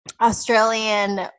Australian